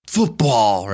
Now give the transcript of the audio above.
Football